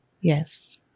Yes